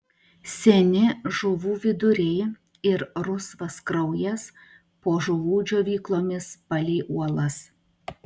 seni žuvų viduriai ir rusvas kraujas po žuvų džiovyklomis palei uolas